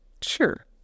sure